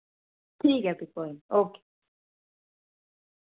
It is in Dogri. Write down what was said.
ठीक ऐ फ्ही कोई निं ओके